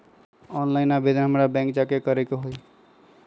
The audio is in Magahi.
ऑनलाइन आवेदन हमरा बैंक जाके करे के होई?